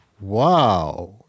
wow